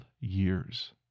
years